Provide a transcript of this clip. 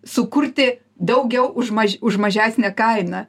sukurti daugiau už maž už mažesnę kainą